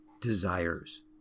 desires